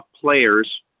players